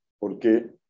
porque